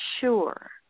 sure